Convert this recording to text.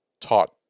taught